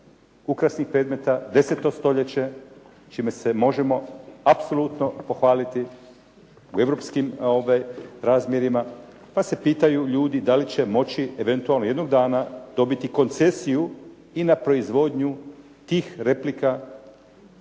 ukrasnih predmeta, 10. stoljeće čime se možemo apsolutno pohvaliti u europskim razmjerima, pa se pitaju ljudi da li će moći eventualno jednog dana dobiti koncesiju i na proizvodnju tih replika